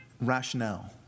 rationale